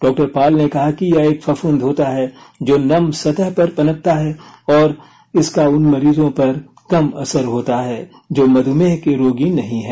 doctor Paul ने कहा कि यह एक फफूंद होता है जो नम सतह पर पनपता है और इसका उन मरीजों पर कम असर होता है जो मध्मेह के रोगी नहीं है